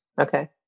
Okay